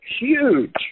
huge